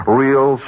real